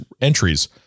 entries